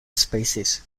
spaces